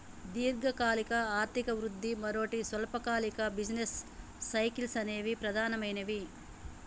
దీర్ఘకాలిక ఆర్థిక వృద్ధి, మరోటి స్వల్పకాలిక బిజినెస్ సైకిల్స్ అనేవి ప్రధానమైనవి